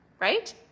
right